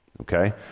Okay